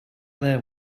there